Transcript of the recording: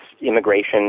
immigration